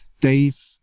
Dave